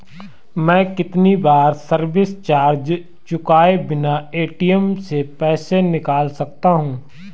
मैं कितनी बार सर्विस चार्ज चुकाए बिना ए.टी.एम से पैसे निकाल सकता हूं?